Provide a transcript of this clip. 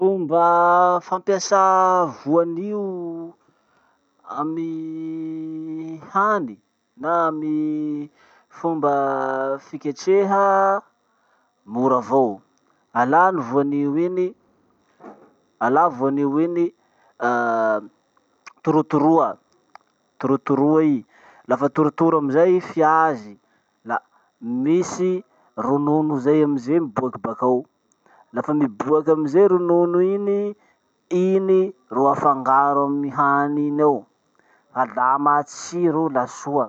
Fomba fampiasà voanio amy hany, na amy fomba fiketraha, mora avao. Alany voanio iny, alà voanio iny torotoroa, torotoroa i. Lafa torotoro amizay i fiazy la misy ronono zay amizay miboaky bakao. Lafa mibokaky amizay ronono iny, iny ro afangaro amy hany iny ao, fa la matsiro o soa.